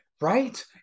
Right